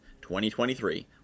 2023